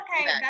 okay